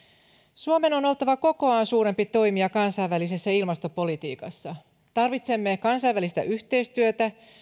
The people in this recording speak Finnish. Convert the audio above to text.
suomen on oltava kokoaan suurempi toimija kansainvälisessä ilmastopolitiikassa tarvitsemme kansainvälistä yhteistyötä